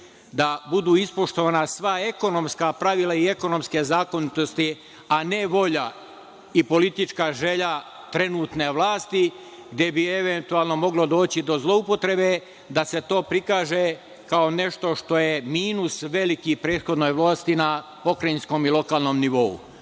da budu ispoštovana sva ekonomska pravila i ekonomske zakonitosti, a ne volja i politička želja trenutne vlasti gde bi eventualno moglo doći do zloupotrebe da se to prikaže kao nešto što je minus veliki prethodnoj vlasti na pokrajinskom i lokalnom nivou.